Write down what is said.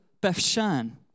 Beth-Shan